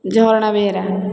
Jharana Behera